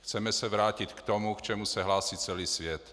Chceme se vrátit k tomu, k čemu se hlásí celý svět.